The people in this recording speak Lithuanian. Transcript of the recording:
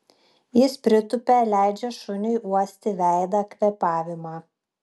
jis pritupia leidžia šuniui uosti veidą kvėpavimą